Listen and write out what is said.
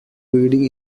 breeding